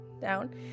down